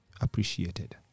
appreciated